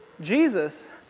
Jesus